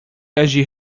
agir